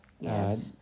Yes